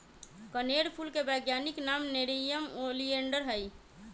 कनेर फूल के वैज्ञानिक नाम नेरियम ओलिएंडर हई